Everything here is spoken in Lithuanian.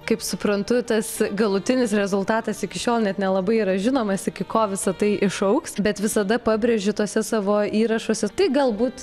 kaip suprantu tas galutinis rezultatas iki šiol net nelabai yra žinomas iki ko visa tai išaugs bet visada pabrėži tuose savo įrašuose tai galbūt